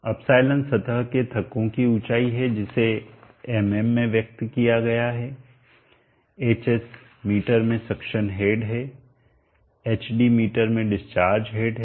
ε सतह के धक्कों की ऊँचाई है जिसे एम एम में व्यक्त किया गया है hs मीटर में सक्शन हेड है hd मीटर में डिस्चार्ज हेड है